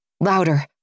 louder